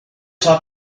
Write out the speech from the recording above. talk